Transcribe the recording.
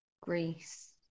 Greece